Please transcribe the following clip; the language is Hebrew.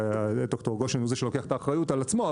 שד"ר גושן הוא זה שלוקח את האחריות על עצמו,